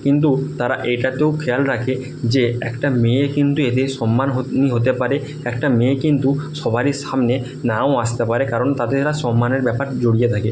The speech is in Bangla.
কিন্তু তারা এটা তো খেয়াল রাখে যে একটা মেয়ের কিন্তু এদের সম্মানহানি হতে পারে একটা মেয়ে কিন্তু সবারই সামনে নাও আসতে পারে কারণ তাতে এরা সম্মানের ব্যাপার জড়িয়ে থাকে